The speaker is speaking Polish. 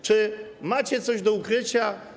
Czy macie coś do ukrycia?